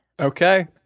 Okay